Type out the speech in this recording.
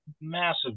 massive